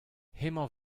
hemañ